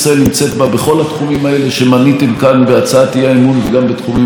בכל התחומים האלה שמניתם כאן בהצעת האי-אמון וגם בתחומים אחרים.